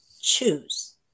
choose